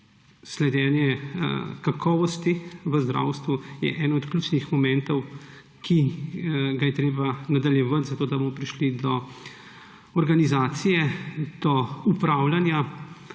sledenje kakovosti v zdravstvu je eden od ključnih momentov, ki ga je treba nadaljevati, zato da bomo prišli do organizacije, do upravljanja